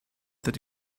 that